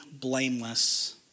blameless